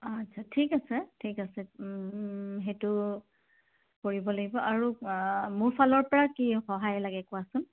আচ্ছা ঠিক আছে ঠিক আছে সেইটো কৰিব লাগিব আৰু মোৰ ফালৰ পৰা কি সহায় লাগে কোৱাচোন